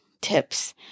tips